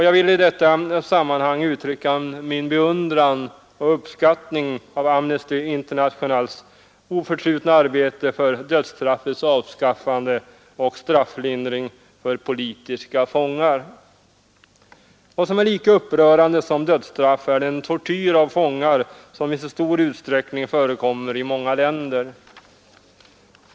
Jag vill i detta sammanhang uttrycka min beundran för och uppskattning av Amnesty Internationals oförtrutna arbete för dödsstraffets avskaffande och strafflindring för politiska fångar. Vad som är lika upprörande som dödsstraffet är den tortyr av fångar som i så stor utsträckning förekommer i många länder.